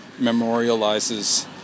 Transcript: memorializes